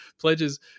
pledges